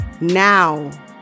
Now